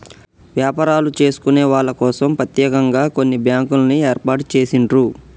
వ్యాపారాలు చేసుకునే వాళ్ళ కోసం ప్రత్యేకంగా కొన్ని బ్యాంకుల్ని ఏర్పాటు చేసిండ్రు